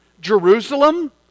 Jerusalem